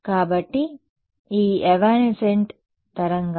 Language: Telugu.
కాబట్టి ఇవి ఎవానెసెంట్ తరంగాలు